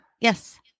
Yes